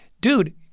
dude